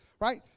right